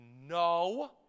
no